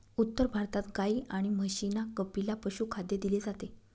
उत्तर भारतात गाई आणि म्हशींना कपिला पशुखाद्य दिले जाते